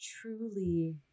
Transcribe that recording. truly